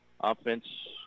Offense